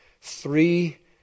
three